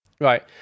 Right